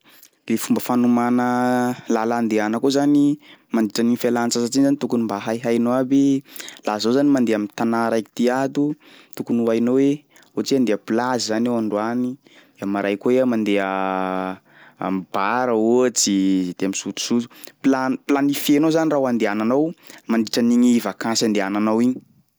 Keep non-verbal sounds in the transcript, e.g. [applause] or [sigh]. [noise] Le fomba fanomana làla andehana koa zany mandritran'igny fialan-tsasatry igny zany tokony mba haihainao aby, laha zaho zany mandeha am'tanà raiky ty ato tokony ho hainao hoe ohatsy hoe andeha plazy zany aho androany, amaray koa iha mandeha [hesitation] am'bar ohatsy de misotrosotro, plan- plannifienao zany raha ho andehananao mandritran'igny vakansy andehananao igny.